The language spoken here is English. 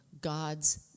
God's